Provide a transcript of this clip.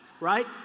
Right